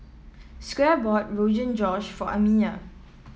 Squire bought Rogan Josh for Amiya